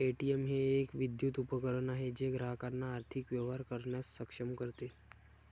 ATM हे एक विद्युत उपकरण आहे जे ग्राहकांना आर्थिक व्यवहार करण्यास सक्षम करते